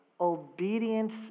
obedience